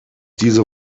diese